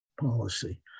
policy